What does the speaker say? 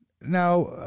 Now